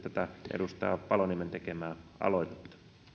edustaja paloniemen tekemää aloitetta